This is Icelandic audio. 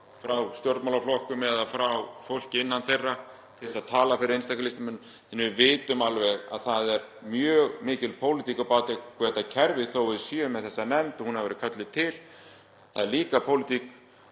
frá stjórnmálaflokkum eða frá fólki innan þeirra sem tala fyrir einstaka listamönnum og við vitum alveg að það er mjög mikil pólitík á bak við þetta kerfi þó að við séum með þessa nefnd og hún hafi verið kölluð til. Það er líka pólitík